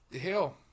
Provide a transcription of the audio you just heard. hell